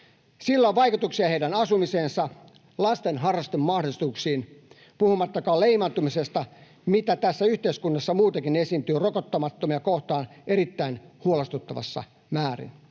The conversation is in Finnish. Sillä on vaikutuksia heidän asumiseensa ja lasten harrastemahdollisuuksiin — puhumattakaan leimaantumisesta, mitä tässä yhteiskunnassa muutenkin esiintyy rokottamattomia kohtaan erittäin huolestuttavassa määrin.